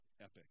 epic